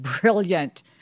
brilliant